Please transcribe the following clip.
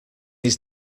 his